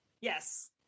Yes